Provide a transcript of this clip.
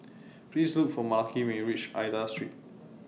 Please Look For Malaki when YOU REACH Aida Street